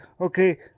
okay